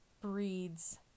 breeds